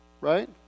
right